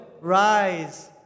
rise